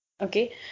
Okay